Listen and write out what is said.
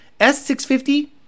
S650